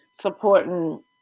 supporting